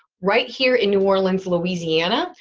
right here in new orleans, louisiana,